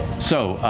so,